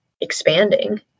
expanding